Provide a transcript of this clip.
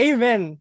Amen